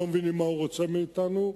לא מבינים מה הוא רוצה מאתנו.